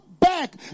back